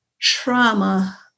trauma